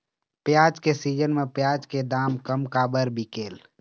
प्याज के सीजन म प्याज के दाम कम काबर बिकेल?